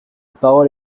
parole